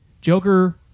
Joker